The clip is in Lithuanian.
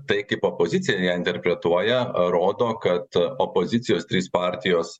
tai kaip opozicija ją interpretuoja rodo kad opozicijos trys partijos